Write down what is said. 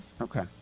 Okay